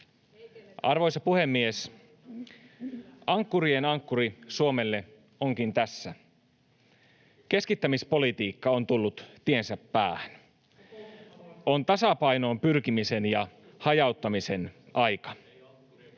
Arvoisa puhemies! Ankkurien ankkuri Suomelle onkin tässä. Keskittämispolitiikka on tullut tiensä päähän. On tasapainoon pyrkimisen ja hajauttamisen aika.